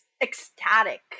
ecstatic